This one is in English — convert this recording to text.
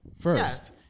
first